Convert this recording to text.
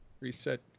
reset